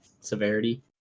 severity